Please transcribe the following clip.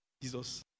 Jesus